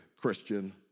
Christian